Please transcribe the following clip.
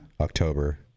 october